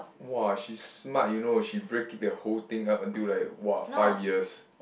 !wah! she smart you know she break it the whole thing up until like !wah! five years